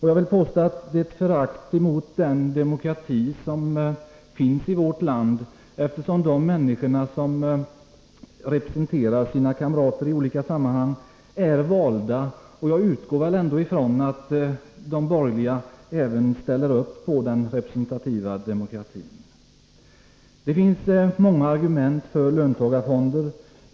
Jag vill påstå att den kampanjen tyder på ett förakt mot den demokrati som vi har i vårt land, eftersom de människor som representerar sina kamrater i olika sammanhang är valda. Jag utgår dock ifrån att de borgerliga väl ändå ställer upp på den representativa demokratin. Det finns många argument för löntagarfonder.